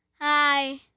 Hi